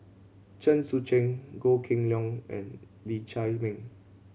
Chen Sucheng Goh Kheng Long and Lee Chiaw Meng